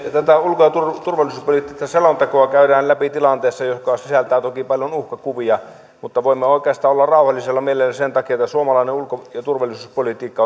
tätä ulko ja turvallisuuspoliittista selontekoa käydään läpi tilanteessa joka sisältää toki paljon uhkakuvia mutta voimme oikeastaan olla rauhallisella mielellä sen takia että suomalainen ulko ja turvallisuuspolitiikka